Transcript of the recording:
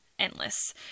endless